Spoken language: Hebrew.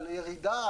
על ירידה,